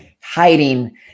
hiding